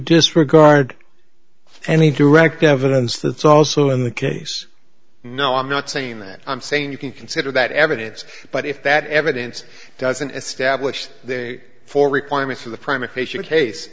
disregard any direct evidence that's also in the case no i'm not saying that i'm saying you can consider that evidence but if that evidence doesn't establish they for requirements of the primary